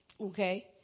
Okay